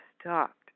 stopped